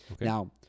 Now